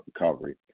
recovery